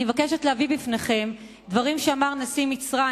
אני מבקשת להביא בפניכם דברים שאמר נשיא מצרים